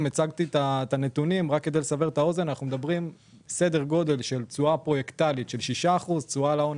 אנחנו מדברים על תשואה פרוייקטלית של 6% ותשואה על ההון